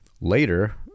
Later